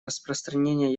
распространения